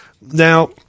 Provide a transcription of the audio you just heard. Now